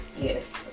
yes